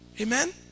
Amen